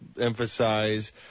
emphasize